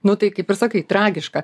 nu tai kaip ir sakai tragiška